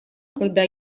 когда